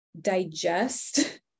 digest